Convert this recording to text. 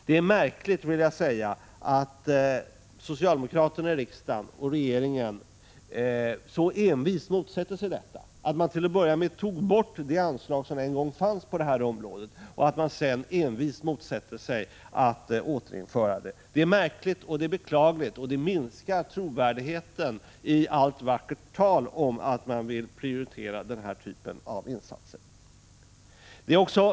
Det är märkligt att socialdemokraterna i riksdag och regering till att börja med tog bort det anslag som en gång fanns på det här området och sedan så envist motsatt sig att återinföra det. Det är beklagligt, och det minskar trovärdigheten i allt vackert tal om att man vill prioritera den här typen av insatser.